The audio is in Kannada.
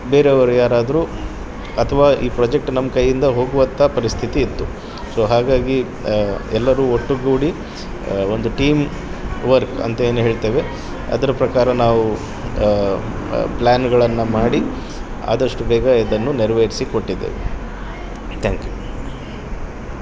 ಬೇರೆಯವ್ರು ಯಾರಾದರೂ ಅಥವಾ ಈ ಪ್ರೊಜೆಕ್ಟ್ ನಮ್ಮ ಕೈಯಿಂದ ಹೋಗುವಂಥ ಪರಿಸ್ಥಿತಿ ಇತ್ತು ಸೊ ಹಾಗಾಗಿ ಎಲ್ಲರೂ ಒಟ್ಟುಗೂಡಿ ಒಂದು ಟೀಮ್ವರ್ಕ್ ಅಂತ ಏನು ಹೇಳ್ತೇವೆ ಅದರ ಪ್ರಕಾರ ನಾವು ಪ್ಲ್ಯಾನ್ಗಳನ್ನು ಮಾಡಿ ಆದಷ್ಟು ಬೇಗ ಇದನ್ನು ನೆರವೇರ್ಸಿ ಕೊಟ್ಟಿದ್ದೇವೆ ತ್ಯಾಂಕ್ ಯು